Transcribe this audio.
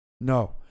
No